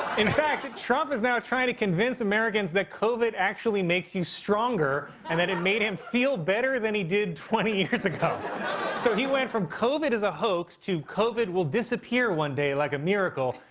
in fact, trump is now trying to convince americans that covid actually makes you stronger, and that it made him feel better than he did twenty years ago so he went from covid is a hoax, to covid will disappear one day like a miracle,